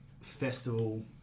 festival